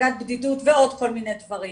הפגת בדידות ועוד כל מיני דברים,